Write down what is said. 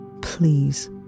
Please